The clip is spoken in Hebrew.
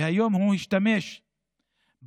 והיום הוא השתמש בדוח,